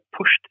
pushed